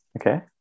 Okay